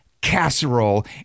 casserole